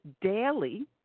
daily